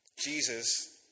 Jesus